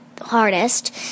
hardest